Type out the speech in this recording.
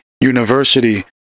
University